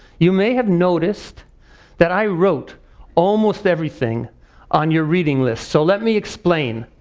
you may have noticed that i wrote almost everything on your reading list, so let me explain.